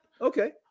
Okay